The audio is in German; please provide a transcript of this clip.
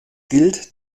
gilt